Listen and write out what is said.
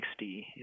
60